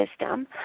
system